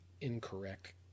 incorrect